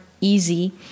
easy